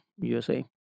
USA